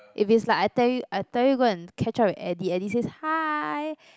if it's like I tell you I tell you go and catch up with Eddie Eddie says hi